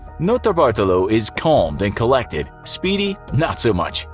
notarbartolo is calm and collected, speedy not so much.